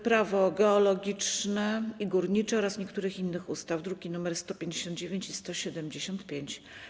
Prawo geologiczne i górnicze oraz niektórych innych ustaw (druki nr 159 i 175)